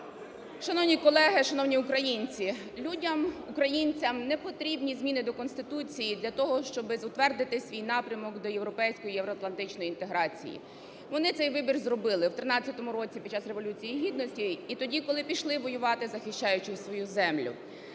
Шановні колеги! Шановні українці! Людям, українцям не потрібні зміни до Конституції для того, щоб затвердити свій напрямок до європейської, євроатлантичної інтеграції. Вони цей вибір зробили в тринадцятому році під час Революції Гідності і тоді, коли пішли воювати, захищаючи свою землю.